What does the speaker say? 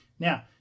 Now